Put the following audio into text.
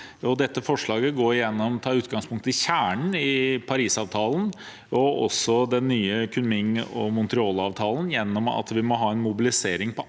Dette forslaget tar utgangspunkt i kjernen i Parisavtalen og også den nye Kunming–Montreal-avtalen, gjennom at vi må ha en mobilisering på